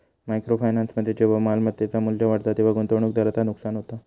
micro फायनान्समध्ये जेव्हा मालमत्तेचा मू्ल्य वाढता तेव्हा गुंतवणूकदाराचा नुकसान होता